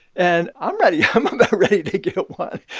and i'm ready i'm about ready to get one.